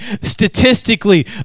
statistically